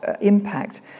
impact